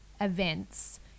events